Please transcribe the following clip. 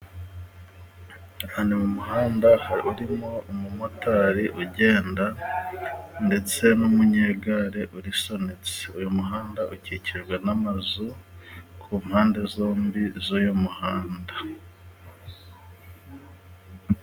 Ahantu mu muhanda harurimo umumotari ugenda ndetse n'umunyegare urisunitse, uyu muhanda ukikijwe n'amazu ku mpande zombi z'uyu muhanda.